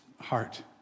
heart